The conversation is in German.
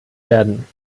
werden